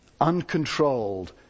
Uncontrolled